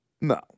No